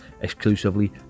exclusively